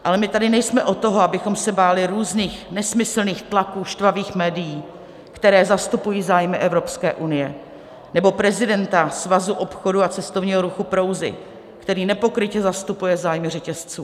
Ale my tady nejsme od toho, abychom se báli různých nesmyslných tlaků štvavých médií, která zastupují zájmy Evropské unie, nebo prezidenta Svazu obchodu a cestovního ruchu Prouzy, který nepokrytě zastupuje zájmy řetězců.